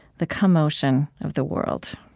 the commotion of the world.